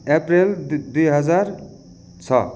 अप्रेल दु दुई हजार छ